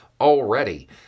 already